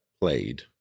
played